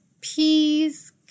peas